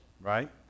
right